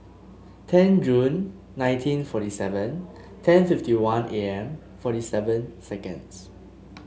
ten Jun nineteen forty seven ten fifty one A M forty seven seconds